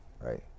right